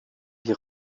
die